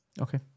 Okay